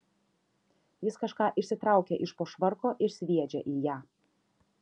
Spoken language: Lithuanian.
jis kažką išsitraukia iš po švarko ir sviedžia į ją